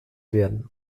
werden